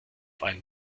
einen